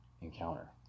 encounter